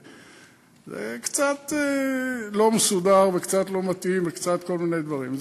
זה קצת לא מסודר וקצת לא מתאים וקצת כל מיני דברים.